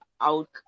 out